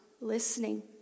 listening